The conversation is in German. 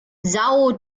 são